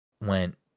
went